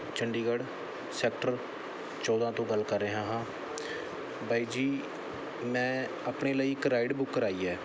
Chandigarh sector ਚੌਦਾਂ ਤੋਂ ਗੱਲ ਕਰ ਰਿਹਾ ਹਾਂ ਬਾਈ ਜੀ ਮੈਂ ਆਪਣੇ ਲਈ ਇੱਕ ਰਾਈਡ ਬੁੱਕ ਕਰਵਾਈ ਹੈ